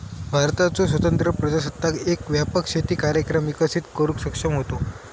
भारताचो स्वतंत्र प्रजासत्ताक एक व्यापक शेती कार्यक्रम विकसित करुक सक्षम होतो